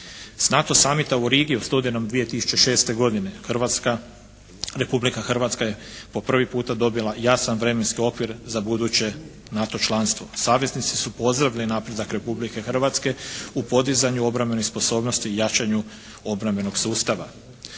S NATO summita u Rigi u studenome 2006. godine Republika Hrvatska je po prvi puta dobila jasan vremenski okvir za buduće NATO članstvo. Saveznici su pozdravili napredak Republike Hrvatske u podizanju obrambenih sposobnosti i jačanju obrambenog sustava.